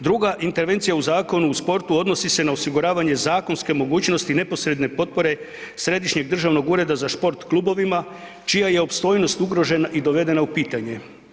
Druga intervencija u Zakonu o sportu odnosi se na osiguravanje zakonske mogućnosti neposredne potpore Središnjeg državnog ureda za šport klubovima čija je opstojnost ugrožena i dovedena u pitanje.